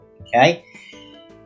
okay